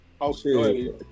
Okay